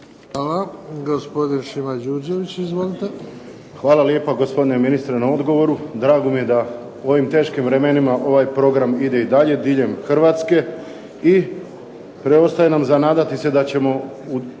Izvolite. **Đurđević, Šimo (HDZ)** Hvala lijepa gospodine ministre na odgovoru. Drago mi je da u ovim teškim vremenima ovaj program ide i dalje diljem Hrvatske i preostaje nam za nadati se da ćemo